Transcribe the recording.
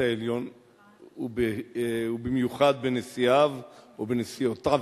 העליון ובמיוחד בנשיאיו ובנשיאותיו.